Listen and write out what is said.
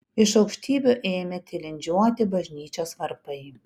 iš aukštybių ėmė tilindžiuoti bažnyčios varpai